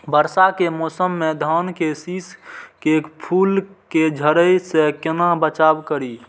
वर्षा के मौसम में धान के शिश के फुल के झड़े से केना बचाव करी?